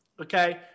Okay